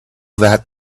that